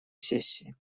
сессии